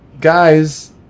Guys